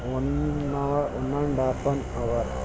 one hour one and half an hour